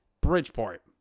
Bridgeport